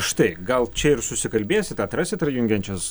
štai gal čia ir susikalbėsit atrasit ar jungiančias